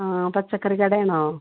ആ പച്ചക്കറി കടയാണോ